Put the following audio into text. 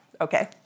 okay